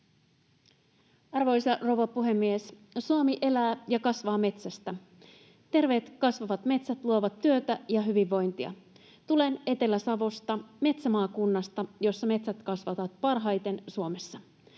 Arvoisa rouva puhemies! Suomi elää ja kasvaa metsästä. Terveet kasvavat metsät luovat työtä ja hyvinvointia. Tulen Etelä-Savosta, metsämaakunnasta, jossa metsät kasvavat parhaiten Suomessa.